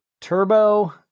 Turbo